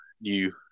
new